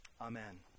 Amen